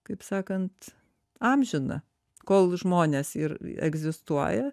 kaip sakant amžina kol žmonės ir egzistuoja